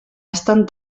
estan